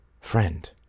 friend